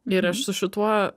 ir aš su šituo